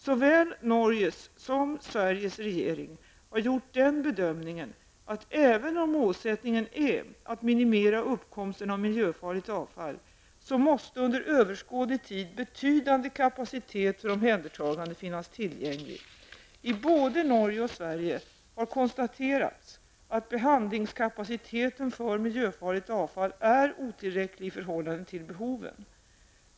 Såväl Norges som Sveriges regering har gjort den bedömningen att även om målsättningen är att minimera uppkomsten av miljöfarligt avfall, så måste under överskådlig tid betydande kapacitet för omhändertagande finnas tillgänglig. I både Norge och Sverige har konstaterats att behandlingskapaciteten för miljöfarligt avfall är otillräcklig i förhållande till behoven.